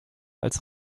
als